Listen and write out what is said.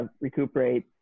recuperate